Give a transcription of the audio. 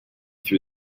threw